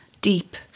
deep